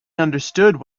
understood